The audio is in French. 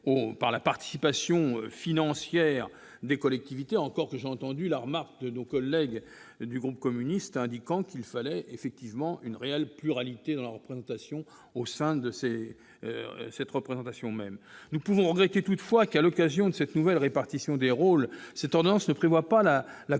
par la participation financière des collectivités, encore que j'ai entendu la remarque de nos collègues du groupe communiste républicain et citoyen indiquant qu'il fallait effectivement une réelle pluralité au sein de cette représentation même. Nous pouvons regretter toutefois qu'à l'occasion de cette nouvelle répartition des rôles, cette tendance ne prévoie pas la consultation